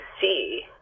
see